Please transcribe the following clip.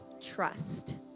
Trust